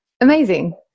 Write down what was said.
amazing